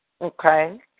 Okay